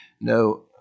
No